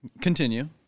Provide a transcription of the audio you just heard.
Continue